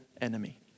enemy